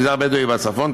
מגזר בדואי בצפון,